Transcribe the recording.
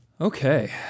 Okay